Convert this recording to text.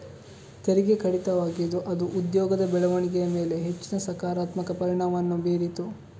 ತೆರಿಗೆ ಕಡಿತವಾಗಿದ್ದು ಅದು ಉದ್ಯೋಗದ ಬೆಳವಣಿಗೆಯ ಮೇಲೆ ಹೆಚ್ಚಿನ ಸಕಾರಾತ್ಮಕ ಪರಿಣಾಮವನ್ನು ಬೀರಿತು